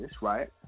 right